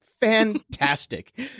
fantastic